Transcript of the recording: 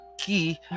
key